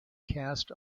cast